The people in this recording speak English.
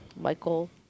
Michael